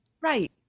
right